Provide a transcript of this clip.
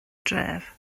dref